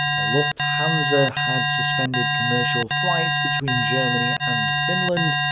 lufthansa had suspended commercial flights between germany and finland,